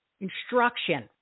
instruction